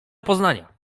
poznania